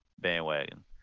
bandwagon